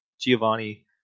giovanni